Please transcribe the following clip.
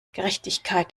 gerechtigkeit